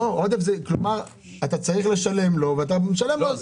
עודף, כלומר אתה צריך לשלם לו ואתה משלם לו.